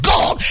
God